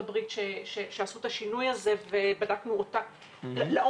הברית שעשו את השינוי הזה ובדקנו אותה לעומק.